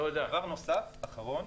דבר נוסף, אחרון,